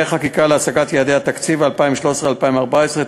חקיקה להשגת יעדי התקציב לשנים 2013 ו-2014),